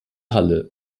halle